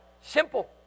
Simple